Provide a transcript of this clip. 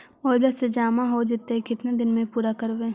Mobile से जामा हो जैतय, केतना दिन में पुरा करबैय?